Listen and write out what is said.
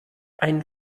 ein